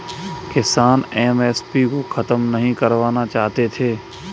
किसान एम.एस.पी को खत्म नहीं करवाना चाहते थे